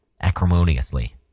acrimoniously